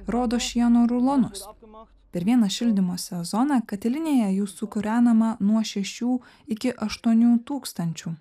rodo šieno rulonus apima per vieną šildymo sezoną katilinėje jų sukūrenama nuo šešių iki aštuonių tūkstančių